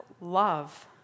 love